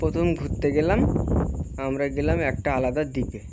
প্রথম ঘুরতেে গেলাম আমরা গেলাম একটা আলাদা দ্বিপে